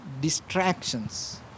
distractions